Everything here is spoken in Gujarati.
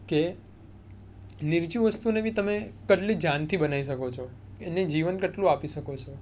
કે નિર્જીવ વસ્તુને બી તમે જાનથી બનાવી શકો છો એને જીવન કેટલું આપી શકો છો